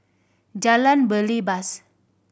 Jalan Belibas